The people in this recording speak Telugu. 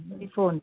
ఈ ఫోన్ తీసుకుంటాను